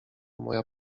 moja